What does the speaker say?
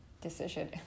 decision